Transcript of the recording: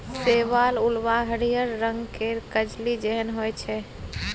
शैवाल उल्वा हरिहर रंग केर कजली जेहन होइ छै